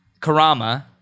Karama